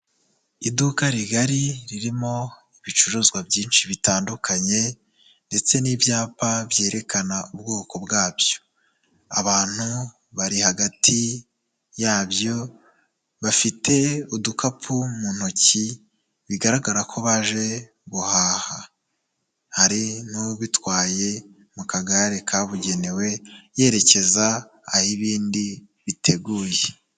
Iduka rigari ririmo ibicuruzwa byinshi bitandukanye ndetse n'ibyapa byerekana ubwoko bwabyo, abantu bari hagati yabyo bafite udukapu mu ntoki bigaragara ko baje guhaha, hari n'ubitwaye mu kagare kabugenewe yerekeza aho ibindi biteguye.